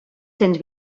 cents